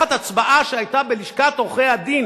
לקחת הצבעה שהיתה בלשכת עורכי-הדין